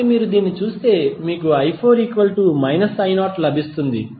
కాబట్టి మీరు దీన్ని చూస్తే మీకు i4 I0 లభిస్తుంది